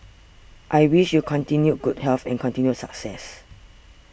I wish you continued good health and continued success